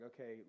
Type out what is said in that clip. okay